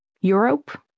Europe